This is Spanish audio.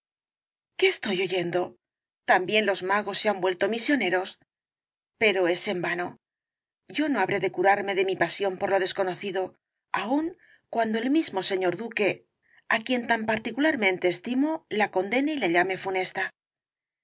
qué estoy oyendo también los magos se han vuelto misioneros pero es en vano yo no habré de curarme de mi pasión por lo desconocido aun cuando el mismo señor duque á quien tan particularmente estimo la condene y la llame funesta